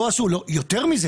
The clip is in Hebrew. יותר מזה